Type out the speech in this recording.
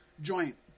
Joint